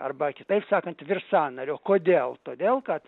arba kitaip sakant virš sąnario kodėl todėl kad